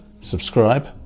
subscribe